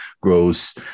grows